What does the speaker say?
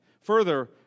Further